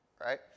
right